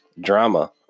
drama